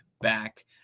back